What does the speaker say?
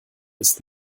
ist